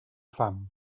fam